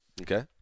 okay